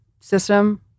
system